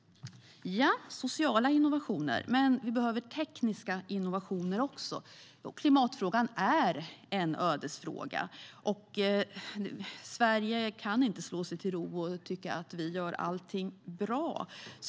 Vi behöver också tekniska innovationer. Klimatfrågan är en ödesfråga. Vi i Sverige kan inte slå oss till ro och tycka att vi gör allting bra.